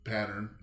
pattern